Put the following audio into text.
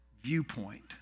viewpoint